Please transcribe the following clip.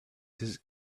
his